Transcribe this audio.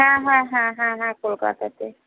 হ্যাঁ হ্যাঁ হ্যাঁ হ্যাঁ হ্যাঁ কলকাতাতেই